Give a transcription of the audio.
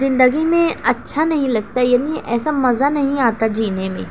زندگی میں اچھا نہیں لگتا یعنی ایسا مزہ نہیں آتا جینے میں